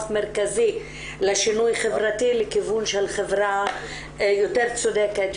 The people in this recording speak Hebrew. מרכזי לשינוי חברתי לכיוון של חברה יותר צודקת,